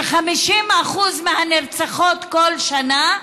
ש-50% מהנרצחות בכל שנה,